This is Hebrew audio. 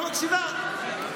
לא מקשיבה.